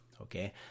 okay